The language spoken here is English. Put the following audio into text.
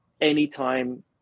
anytime